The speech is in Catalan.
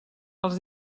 els